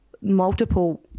multiple